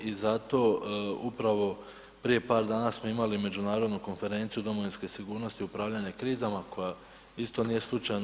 I zato upravo prije par dana smo imali Međunarodnu konferenciju domovinske sigurnosti u upravljanju krizama koja isto nije slučajna.